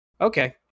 Okay